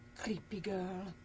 creepy girl.